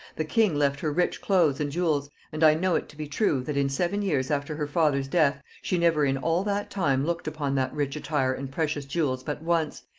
the king left her rich cloaths and jewels and i know it to be true, that in seven years after her father's death, she never in all that time looked upon that rich attire and precious jewels but once,